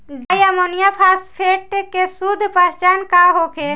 Di ammonium phosphate के शुद्ध पहचान का होखे?